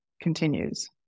continues